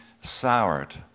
soured